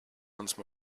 once